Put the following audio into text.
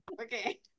Okay